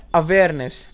awareness